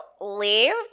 leave